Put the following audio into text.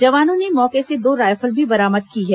जवानों ने मौके से दो रायफल भी बरामद की हैं